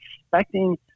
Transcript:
expecting